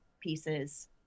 pieces